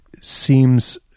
seems